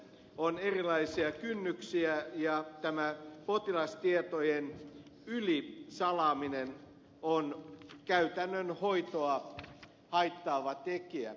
on erilaisia kynnyksiä ja tämä potilastietojen ylisalaaminen on käytännön hoitoa haittaava tekijä